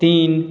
तीन